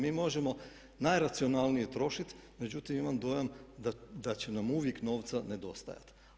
Mi možemo najracionalnije trošiti, međutim imam dojam da će nam uvijek novca nedostajati.